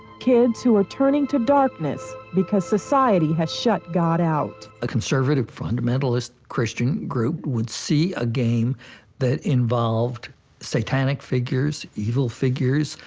kids who are turning to darkness because society has shut god out. a conservative fundamentalist christian group would see a game that involved satanic figures, evil figures.